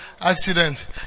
accident